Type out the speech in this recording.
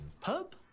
Pub